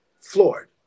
floored